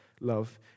love